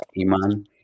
Iman